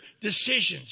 decisions